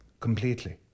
Completely